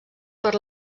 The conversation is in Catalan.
per